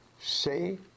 say